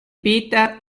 peter